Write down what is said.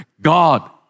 God